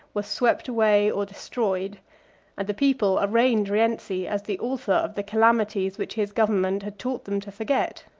were swept away or destroyed and the people arraigned rienzi as the author of the calamities which his government had taught them to forget.